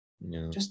no